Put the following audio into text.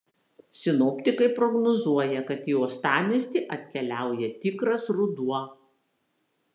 sinoptikai prognozuoja kad į uostamiestį atkeliauja tikras ruduo